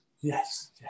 Yes